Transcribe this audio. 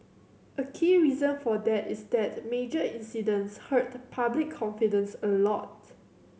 a key reason for that is that major incidents hurt public confidence a lot